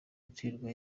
imiturirwa